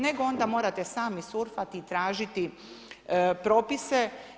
Nego onda morate sami surfati i tražiti propise.